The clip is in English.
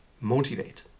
motivate